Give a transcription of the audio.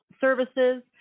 Services